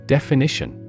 Definition